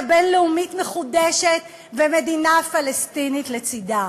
בין-לאומית מחודשת ומדינה פלסטינית לצדה.